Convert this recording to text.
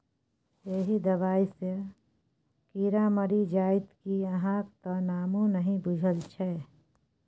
एहि दबाई सँ कीड़ा मरि जाइत कि अहाँक त नामो नहि बुझल छै